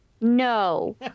No